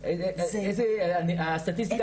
יש הערכה